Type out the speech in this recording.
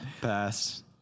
Pass